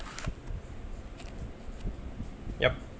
yup